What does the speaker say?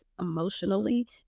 emotionally